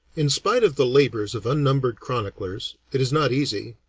in spite of the labors of unnumbered chroniclers, it is not easy,